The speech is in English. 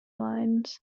lines